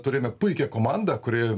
turime puikią komandą kuri